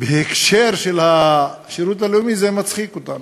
בהקשר של השירות הלאומי, זה מצחיק אותנו.